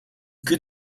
good